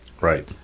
Right